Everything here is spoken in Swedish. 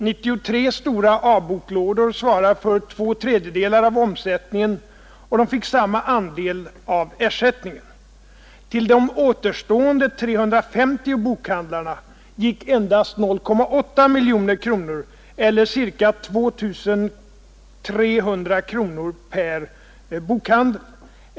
93 stora A-boklådor svarar för två tredjedelar av omsättningen, och de fick samma andel av ersättningen. Till de återstående 350 bokhandlarna gick endast 0,8 miljoner kronor eller ca 2 300 kronor per bokhandel.